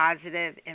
positive